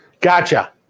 Gotcha